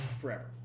forever